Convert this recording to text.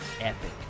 epic